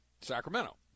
Sacramento